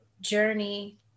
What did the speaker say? journey